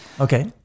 Okay